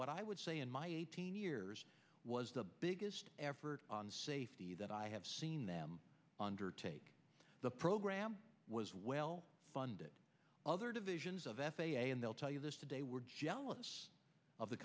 what i would say in my eighteen years was the biggest effort on safety that i have seen them undertake the program was well funded other divisions of f a a and they'll tell you this today we're jealous of the